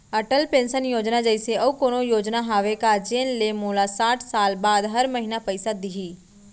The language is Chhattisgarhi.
अटल पेंशन योजना जइसे अऊ कोनो योजना हावे का जेन ले मोला साठ साल बाद हर महीना पइसा दिही?